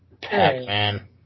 Pac-Man